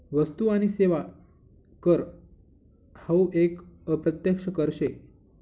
वस्तु आणि सेवा कर हावू एक अप्रत्यक्ष कर शे